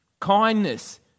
kindness